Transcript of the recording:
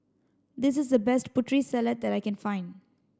this's the best Putri Salad that I can find